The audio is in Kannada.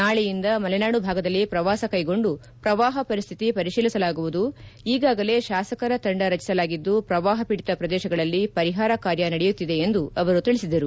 ನಾಳೆಯಿಂದ ಮಲೆನಾಡು ಭಾಗದಲ್ಲಿ ಪ್ರವಾಸ ಕೈಗೊಂಡು ಪ್ರವಾಹ ಪರಿಸ್ಥಿತಿ ಪರಿಶೀಲಿಸಲಾಗುವುದು ಈಗಾಗಲೇ ಶಾಸಕರ ತಂಡ ರಚಿಸಲಾಗಿದ್ದು ಪ್ರವಾಹಪೀಡಿತ ಪ್ರದೇಶಗಳಲ್ಲಿ ಪರಿಹಾರ ಕಾರ್ಯ ನಡೆಯುತ್ತಿದೆ ಎಂದು ತಿಳಿಸಿದರು